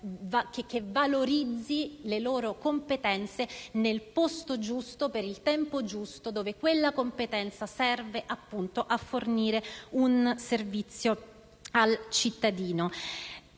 che valorizzi le loro competenze nel posto giusto, per il tempo giusto e dove quelle competenze servono, appunto, a fornire un servizio al cittadino.